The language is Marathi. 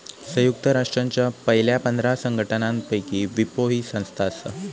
संयुक्त राष्ट्रांच्या पयल्या पंधरा संघटनांपैकी विपो ही संस्था आसा